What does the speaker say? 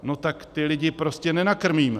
No tak ty lidi prostě nenakrmíme.